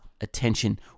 attention